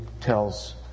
tells